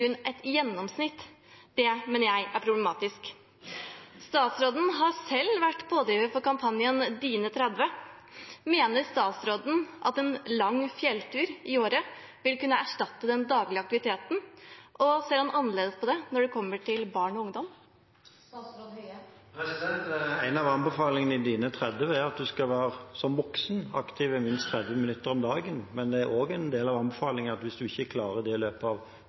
grunn et gjennomsnitt. Det mener jeg er problematisk. Statsråden har selv vært pådriver for kampanjen Dine30. Mener statsråden at en lang fjelltur i året vil kunne erstatte den daglige aktiviteten, og ser han annerledes på det når det kommer til barn og ungdom? En av anbefalingene i Dine30 er at en som voksen skal være aktiv i minst 30 minutter om dagen, men det er også en del av anbefalingene at hvis en ikke klarer det hver dag i løpet av